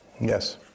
Yes